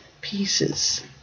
pieces